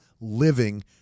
living